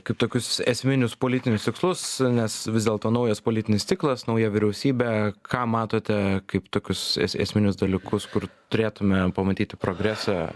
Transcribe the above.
kaip tokius esminius politinius tikslus nes vis dėlto naujas politinis ciklas nauja vyriausybė ką matote kaip tokius esminius dalykus kur turėtumėme pamatyti progresą